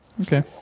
Okay